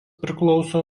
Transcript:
priklauso